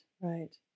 right